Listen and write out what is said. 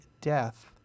death